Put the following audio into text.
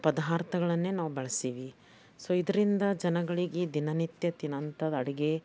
ಪಧಾರ್ಥಗಳನ್ನೇ ನಾವು ಬಳಸ್ತೀವಿ ಸೊ ಇದರಿಂದ ಜನಗಳಿಗೆ ದಿನನಿತ್ಯ ತಿನ್ನುವಂಥದ್ದು ಅಡುಗೆ